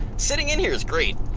sitting in here is great.